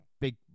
big